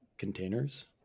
containers